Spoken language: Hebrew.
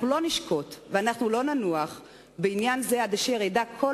אנחנו לא נשקוט ולא ננוח בעניין זה עד אשר ידע כל